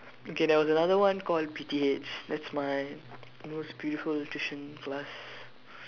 okay there was another one called P T H that's my most beautiful audition last